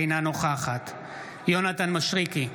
אינה נוכחת יונתן מישרקי,